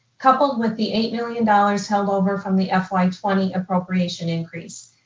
coupled with the eight million dollars held over from the fy twenty appropriation increase,